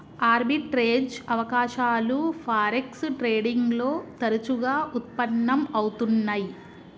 arbitrage అవకాశాలు forex trading లో తరచుగా వుత్పన్నం అవుతున్నై